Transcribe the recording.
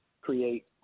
create